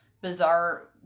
bizarre